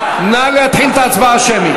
נא להתחיל את ההצבעה השמית.